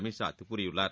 அமித்ஷாகூறியுள்ளார்